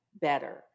better